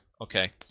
okay